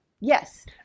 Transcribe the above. Yes